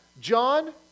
John